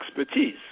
expertise